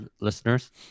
listeners